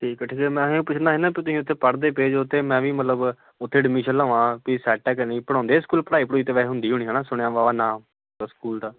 ਠੀਕ ਆ ਠੀਕ ਆ ਮੈਂ ਇਹੋ ਪੁੱਛਣਾ ਸੀ ਨਾ ਤੁਸੀਂ ਉੱਥੇ ਪੜ੍ਹਦੇ ਪਏ ਜੋ ਅਤੇ ਮੈਂ ਵੀ ਮਤਲਬ ਉੱਥੇ ਐਡਮਿਸ਼ਨ ਲਵਾਂ ਵੀ ਸੈੱਟ ਹੈ ਕਿ ਨਹੀਂ ਪੜ੍ਹਾਉਂਦੇ ਆ ਸਕੂਲ ਪੜ੍ਹਾਈ ਪੜੁਈ ਤਾਂ ਵੈਸੇ ਹੁੰਦੀ ਹੋਣੀ ਹੈ ਨਾ ਸੁਣਿਆ ਵਾਹਵਾ ਨਾਮ ਸਕੂਲ ਦਾ